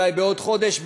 אולי בעוד חודש,